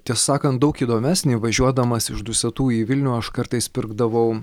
tiesa sakant daug įdomesnį važiuodamas iš dusetų į vilnių aš kartais pirkdavau